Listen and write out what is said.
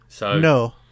No